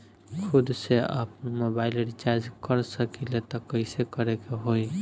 खुद से आपनमोबाइल रीचार्ज कर सकिले त कइसे करे के होई?